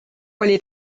oli